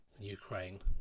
Ukraine